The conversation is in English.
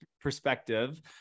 perspective